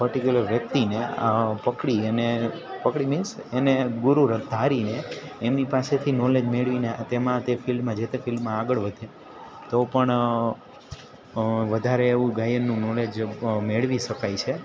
particular વ્યક્તિને પકડી એને પકડી મિન્સ એને ગુરુ ધારીને એમની પાસેથી નોલેજ મેળવીને તેમાં તે ફિલ્ડમાં જે તે ફિલ્ડમાં આગળ વધે તો પણ અ વધારે એવું ગાયનનું નોલેજ મેળવી શકાય છે